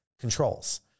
controls